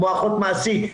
כמו אחות מעשית,